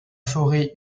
forêt